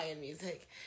music